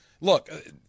look